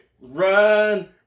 Run